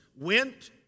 went